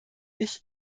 ich